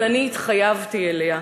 אבל אני התחייבתי אליה,